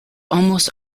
almost